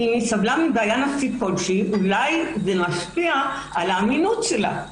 כי אם היא סבלה מבעיה נפשית כלשהי אולי זה משפיע על האמינות שלה,